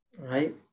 Right